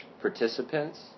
participants